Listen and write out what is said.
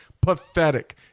Pathetic